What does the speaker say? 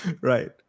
Right